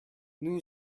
new